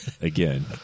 Again